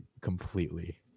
completely